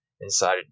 inside